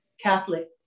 Catholic